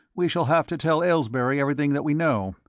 we shall have to tell aylesbury everything that we know.